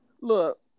look